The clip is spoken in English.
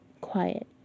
quiet